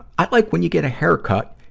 i like when you get a haircut,